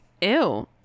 ew